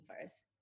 first